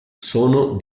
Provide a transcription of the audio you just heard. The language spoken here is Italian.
sono